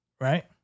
Right